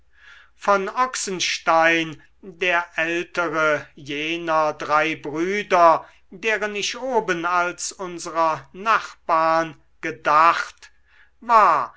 von ochsenstein der ältere jener drei brüder deren ich oben als unserer nachbarn gedacht war